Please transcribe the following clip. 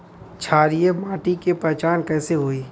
क्षारीय माटी के पहचान कैसे होई?